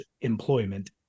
employment